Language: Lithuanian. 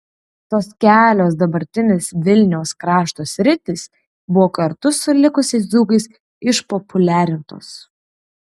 tos kelios dabartinės vilniaus krašto sritys buvo kartu su likusiais dzūkais išpopuliarintos